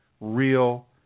real